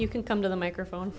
you can come to the microphone